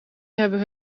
hebben